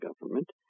government